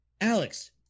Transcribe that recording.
Alex